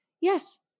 yes